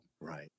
right